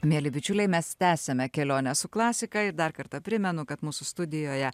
mieli bičiuliai mes tęsiame kelionę su klasika ir dar kartą primenu kad mūsų studijoje